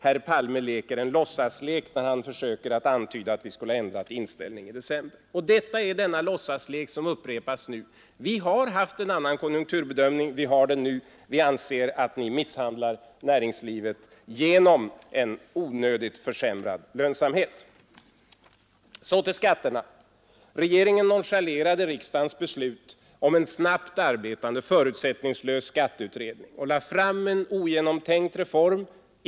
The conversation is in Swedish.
— Herr Palme leker en låtsaslek när han försöker antyda att vi skulle ha ändrat inställning i december, och det är denna låtsaslek som upprepas nu. Vi har haft en annan konjunkturbedömning, och vi har det nu. Vi anser att ni misshandlar näringslivet genom en onödigt försämrad lönsamhet. Så till skatterna. Regeringen nonchalerade riksdagens beslut om en snabbt arbetande, förutsättningslös skatteutredning och lade fram ett ogenomtänkt reformförslag.